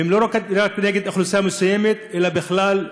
והן לא רק נגד אוכלוסייה מסוימת אלא בכלל,